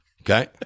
Okay